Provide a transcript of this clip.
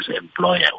employer